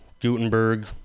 Gutenberg